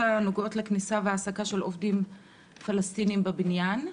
הנוגעות לכניסה והעסקה של עובדים פלסטינים בבניין.